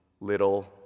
little